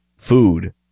food